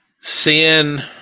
sin